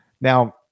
now